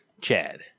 Chad